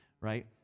right